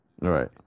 Right